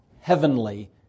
heavenly